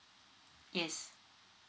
yes